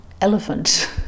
elephant